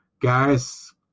guys